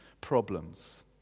problems